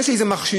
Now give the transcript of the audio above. יש לי איזה מכשיר,